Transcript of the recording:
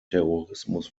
terrorismus